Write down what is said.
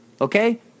okay